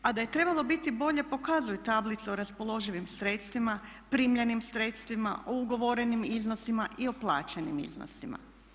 A da je trebalo biti bolje pokazuje tablica o raspoloživim sredstvima, primljenim sredstvima, o ugovorenim iznosima i o plaćanim iznosima.